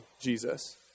Jesus